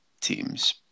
teams